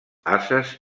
ases